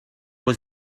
was